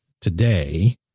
today